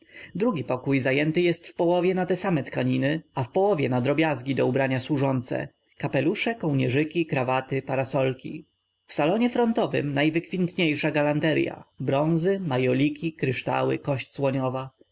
drugi pokój zajęty jest w połowie na te same tkaniny a w połowie na drobiazgi do ubrania służące kapelusze kołnierzyki krawaty parasolki w salonie frontowym najwykwintniejsza galanterya bronzy majoliki kryształy kość